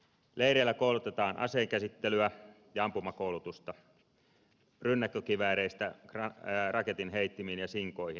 leireillä koulutetaan aseen käsittelyyn ja annetaan ampumakoulutusta rynnäkkökivääreistä raketinheittimiin ja sinkoihin